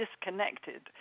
disconnected